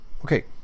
Okay